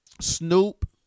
Snoop